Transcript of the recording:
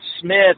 Smith